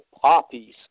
poppies